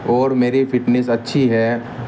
اور میری فٹنیس اچھی ہے